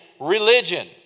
religion